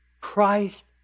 Christ